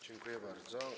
Dziękuję bardzo.